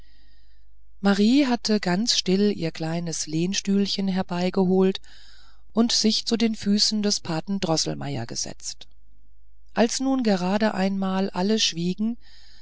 marie hatte ganz still ihr kleines lehnstühlchen herbeigeholt und sich zu den füßen des paten droßelmeier gesetzt als nun gerade einmal alle schwiegen